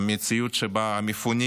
היא מציאות שבה המפונים